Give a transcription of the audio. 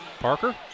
Parker